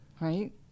Right